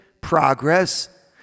progress